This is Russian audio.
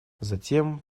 затем